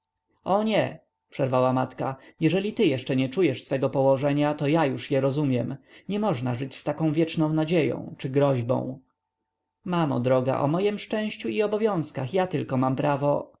o nie przerwała matka jeżeli ty jeszcze nie czujesz swego położenia to już ja je rozumiem nie można żyć z taką wieczną nadzieją czy groźbą mamo droga o mojem szczęściu i obowiązkach ja tylko mam prawo